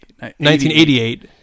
1988